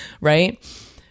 Right